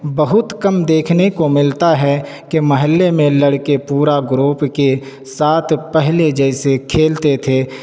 بہت کم دیکھنے کو ملتا ہے کہ محلے میں لڑکے پورا گروپ کے ساتھ پہلے جیسے کھیلتے تھے